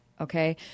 Okay